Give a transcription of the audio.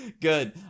Good